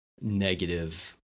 negative